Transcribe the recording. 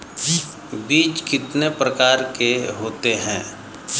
बीज कितने प्रकार के होते हैं?